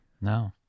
No